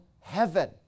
heaven